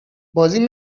بازی